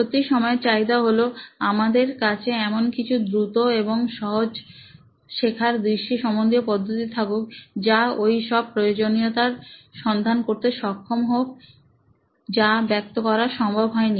সত্যি সময়ের চাহিদা হলো আমাদের কাছে এমন কিছু দ্রুত এবং সহজ শেখার দৃষ্টি সম্বন্ধীয় পদ্ধতি থাকুক যা ওই সব প্রয়োজনীয়তার সন্ধান করতে সক্ষম হোক যা ব্যক্ত করা সম্ভব হয়নি